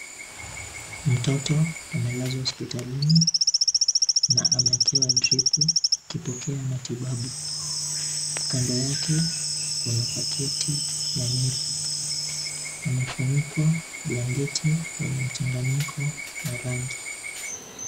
Mtoto aliyelazwa hospitalini na amewekewa mshipi akipokea matibabu. Kando yake kuna paketi ya nepi, amefunikwa blanketi yenye mchanganyiko wa rangi.